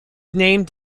named